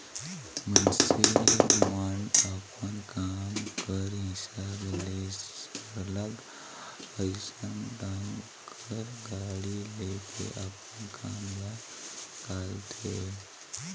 मइनसे मन अपन काम कर हिसाब ले सरलग अइसन ढंग कर गाड़ी ले के अपन काम ल हिंकालथें